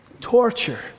torture